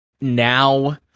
Now